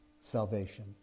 salvation